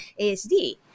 ASD